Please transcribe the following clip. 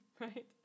right